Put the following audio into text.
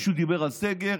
מישהו דיבר על סגר?